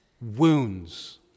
wounds